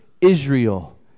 Israel